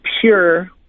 pure